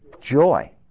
joy